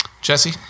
jesse